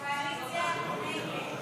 45 בעד, 52 נגד.